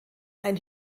ein